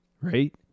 right